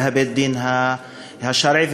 ובית-הדין השרעי,